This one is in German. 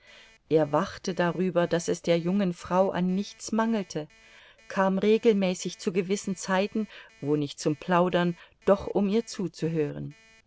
er wachte darüber daß es der jungen frau an nichts mangelte kam regelmäßig zu gewissen zeiten wo nicht zum plaudern doch um ihr zuzuhören